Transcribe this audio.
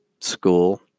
school